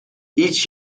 each